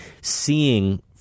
seeing